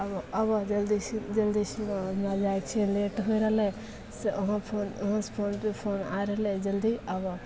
आबऽ आबऽ जल्दीसे जल्दीसे हमरा वहाँ जाइके छै लेट होइ रहलै से वहाँ फोन वहाँसे फोनपर फोन आइ रहलै जल्दी आबऽ